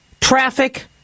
traffic